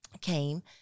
came